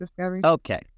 okay